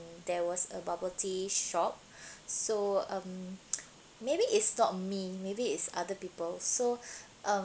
there was a bubble tea shop so um maybe it's not me maybe it's other people so um